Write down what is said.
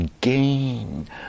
gain